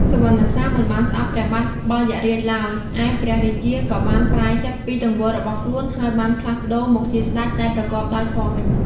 សុវណ្ណសាមមិនបានស្អប់ព្រះបាទបិលយក្សរាជឡើយ ឯព្រះរាជាក៏បានប្រែចិត្តពីទង្វើរបស់ខ្លួន ហើយបានផ្លាស់ប្តូរមកជាស្តេចដែលប្រកបដោយធម៌វិញ។